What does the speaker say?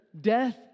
death